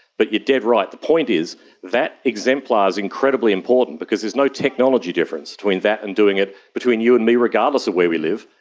but you're dead right, the point is that exemplar is incredibly important because there is no technology difference between that and doing it between you and me, regardless of where we live,